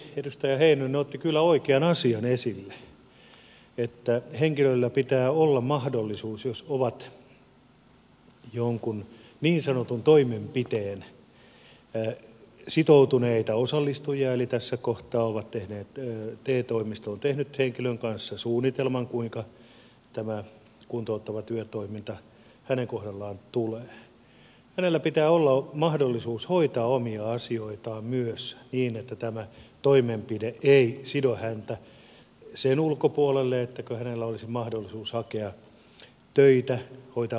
edustaja heinonen otti kyllä oikean asian esille että henkilöllä pitää olla mahdollisuus jos on jonkun niin sanotun toimenpiteen sitoutunut osallistuja eli tässä kohtaa te toimisto on tehnyt henkilön kanssa suunnitelman kuinka tämä kuntouttava työtoiminta hänen kohdallaan tulee hoitaa omia asioitaan myös niin että tämä toimenpide ei sido häntä sen ulkopuolelle etteikö hänellä olisi mahdollisuus hakea töitä hoitaa pankkiasioita ja niin edelleen